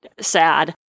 sad